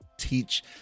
teach